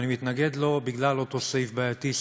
ואני מתנגד לו בגלל אותו סעיף בעייתי,